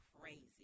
crazy